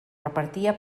repartia